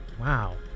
wow